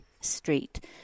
street